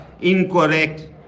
incorrect